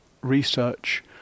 research